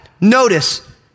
notice